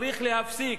צריך להיפסק.